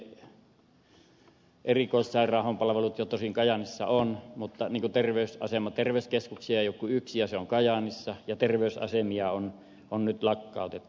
erikoissairaanhoidon palvelut jo tosin kajaanissa on mutta terveyskeskuksia ei ole kuin yksi ja se on kajaanissa ja terveysasemia on nyt lakkautettu